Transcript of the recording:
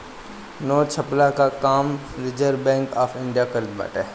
note छ्पला कअ काम रिजर्व बैंक ऑफ़ इंडिया करत बाटे